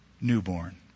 newborn